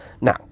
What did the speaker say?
Now